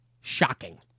shocking